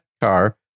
car